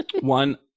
one